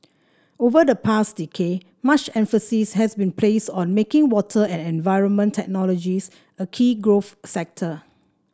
over the past decade much emphasis has been placed on making water and environment technologies a key growth sector